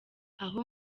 aho